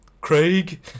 Craig